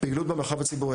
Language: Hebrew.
פעילות במרחב הציבורי,